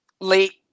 Late